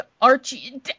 Archie